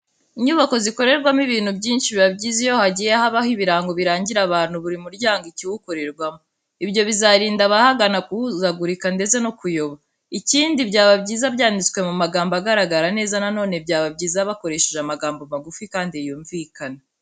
Inyubako zikorerwamo ibintu byinshi, biba byiza iyo hagiye habaho ibirango birangira abantu buri muryango n'ikiwukorerwamo. Ibyo bizarinda abahagana guhuzagurika ndetse no kuyoba. Ikindi byaba byiza byanditswe mu magambo agaragara neza. Na none byaba byiza bakoresheje amagambo magufi kandi yumvikana.